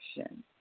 action